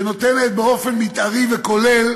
שנותנת באופן מתארי וכולל